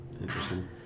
Interesting